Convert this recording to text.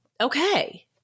okay